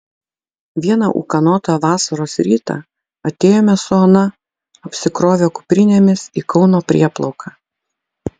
vieną ūkanotą vasaros rytą atėjome su ona apsikrovę kuprinėmis į kauno prieplauką